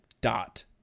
dot